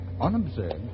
Unobserved